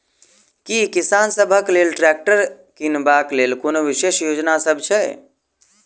की किसान सबहक लेल ट्रैक्टर किनबाक लेल कोनो विशेष योजना सब छै?